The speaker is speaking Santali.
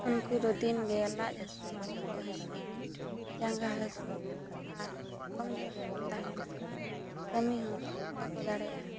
ᱩᱱᱠᱩ ᱫᱚ ᱫᱤᱱᱜᱮ ᱞᱟᱡ ᱦᱟᱹᱥᱩ ᱵᱚᱦᱚᱜ ᱦᱟᱹᱥᱩ ᱡᱟᱸᱜᱟ ᱦᱟᱹᱥᱩ ᱟᱨ ᱠᱚᱢᱡᱳᱨ ᱨᱮᱠᱚ ᱛᱟᱦᱮᱱᱟ ᱠᱟᱹᱢᱤ ᱦᱚᱸ ᱵᱟᱠᱚ ᱫᱟᱲᱮᱭᱟᱜᱼᱟ